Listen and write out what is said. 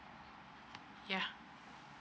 ya